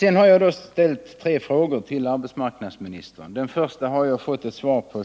Jag har riktat tre frågor till arbetsmarknadsministern. Den första har jag fått svar på.